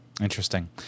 Interesting